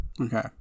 okay